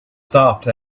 stopped